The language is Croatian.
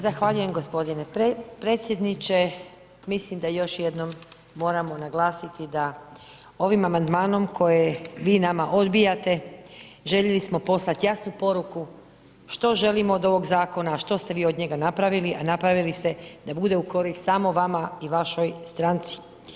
Zahvaljujem gospodine predsjedniče, mislim da još jednom moramo naglasiti da ovim amandmanom koje vi nama odbijate željeli smo poslat jasnu poruku što želimo od ovog zakona, a što ste vi od njega napravili, a napravili ste da bude u korist samo vama i vašoj stranci.